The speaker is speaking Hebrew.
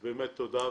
תודה,